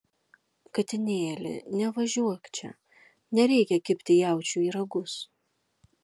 katinėli nevažiuok čia nereikia kibti jaučiui į ragus